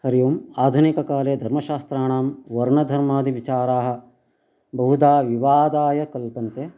हरिः ओम् आधुनिककाले धर्मशास्त्राणां वर्णधर्मादिविचाराः बहुधा विवादाय कल्पन्ते